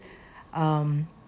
um